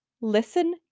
listen